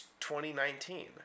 2019